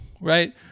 right